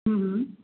હમ હમ